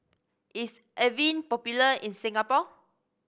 is Avene popular in Singapore